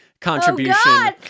contribution